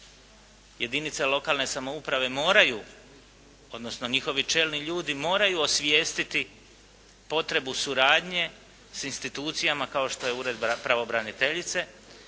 Jedinice lokalne samouprave moraju, odnosno njihovi čelni ljudi moraju osvijestiti potrebu suradnje s institucijama kao što je Ured pravobraniteljice.